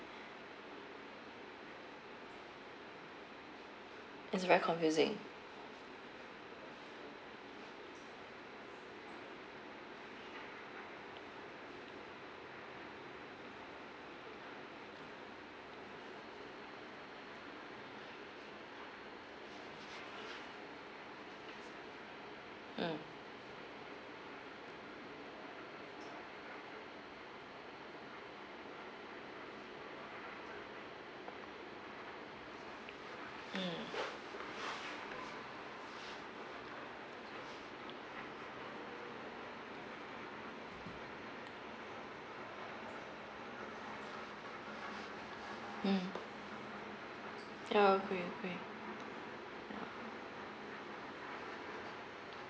it's very confusing mm mm mm ya agree agree